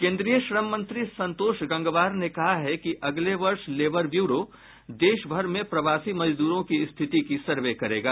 केन्द्रीय श्रम मंत्री संतोष गंगवार ने कहा है कि अगले वर्ष लेबर ब्यूरो देशभर में प्रवासी मजदूरों की स्थिति की सर्वे करेगा